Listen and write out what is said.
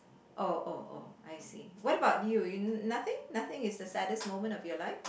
oh oh oh I see what about you you nothing nothing is the saddest moment of your life